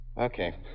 Okay